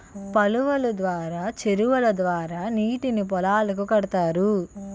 కాలువలు ద్వారా చెరువుల ద్వారా నీటిని పొలాలకు కడతారు